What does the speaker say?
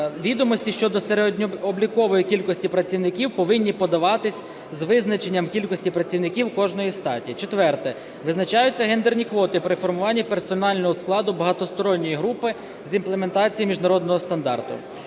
відомості щодо середньооблікової кількості працівників повинні подаватись з визначенням кількості працівників кожної статті. Четверте: визначаються гендерні квоти при формуванні персонального складу багатосторонньої групи з імплементації міжнародного стандарту.